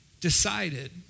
decided